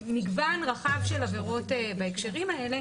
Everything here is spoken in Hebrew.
זה מגוון רחב של עבירות בהקשרים האלה,